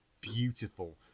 beautiful